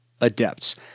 adepts